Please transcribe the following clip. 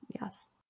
Yes